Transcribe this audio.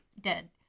dead